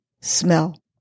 smell